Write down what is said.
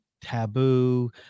taboo